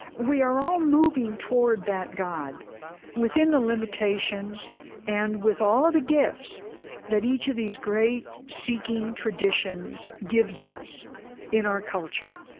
we are all moving toward that god within the limitations and with all of the gifts that each of these great, seeking traditions gives us in our culture.